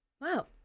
Wow